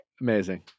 Amazing